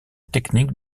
technique